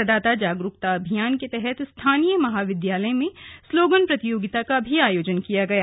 मतदाता जागरूकता अभियान के तहत स्थानीय महाविद्यालय में स्लोगन प्रतियोगिता भी आयोजित की गई